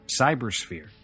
cybersphere